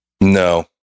No